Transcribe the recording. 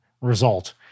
Result